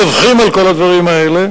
מדווחים על כל הדברים האלה